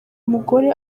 mugore